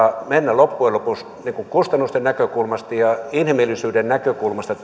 loppujen lopuksi kustannusten näkökulmasta ja inhimillisyyden näkökulmasta